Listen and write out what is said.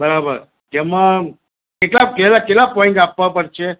બરાબર એમાં કેટલા પોઈન્ટ આપવા પડશે